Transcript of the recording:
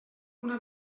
una